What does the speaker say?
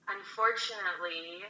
Unfortunately